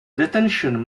detention